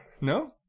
No